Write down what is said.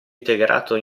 integrato